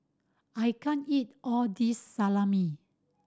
I can't eat all this Salami